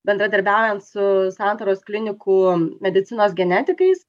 bendradarbiaujant su santaros klinikų medicinos genetikais